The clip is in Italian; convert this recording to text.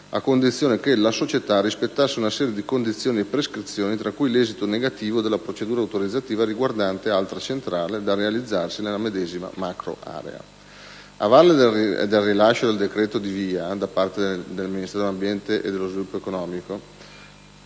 a condizione che la società rispettasse una serie di condizioni e prescrizioni, tra cui l'esito negativo della procedura autorizzativa riguardante altra centrale da realizzarsi nella medesima macroarea. A valle del rilascio del decreto di VIA da parte del Ministero dell'ambiente, della tutela